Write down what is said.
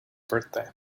birthday